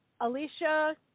Alicia